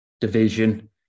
division